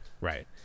right